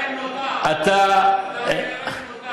אתה מקבל משכורת,